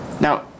Now